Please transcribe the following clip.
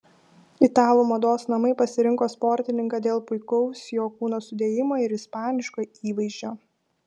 italų mados namai pasirinko sportininką dėl puikaus jo kūno sudėjimo ir ispaniško įvaizdžio